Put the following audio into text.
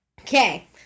Okay